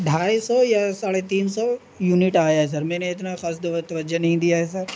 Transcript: ڈھائی سو یا ساڑھے تین سو یونٹ آیا ہے سر میں نے اتنا خاص توجہ نہیں دیا ہے سر